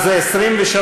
23,